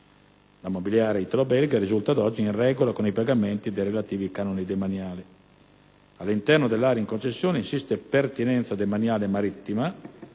La Immobiliare italo-belga risulta, ad oggi, in regola con i pagamenti dei relativi canoni demaniali. All'interno dell'area in concessione insiste pertinenza demaniale marittima